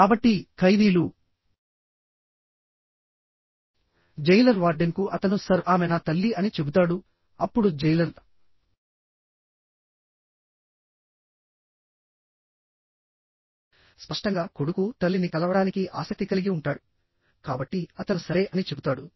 కాబట్టి ఖైదీలు జైలర్ వార్డెన్కు అతను సర్ ఆమె నా తల్లి అని చెబుతాడుఅప్పుడు జైలర్ స్పష్టంగా కొడుకు తల్లిని కలవడానికి ఆసక్తి కలిగి ఉంటాడు కాబట్టి అతను సరే అని చెబుతాడు